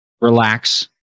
relax